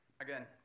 Again